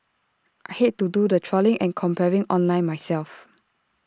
I hate to do the trawling and comparing online myself